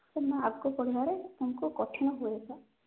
ତୁମକୁ ଆଗକୁ ପଢ଼ିବାରେ ତୁମକୁ କଠିନ ହୋଇଥାଏ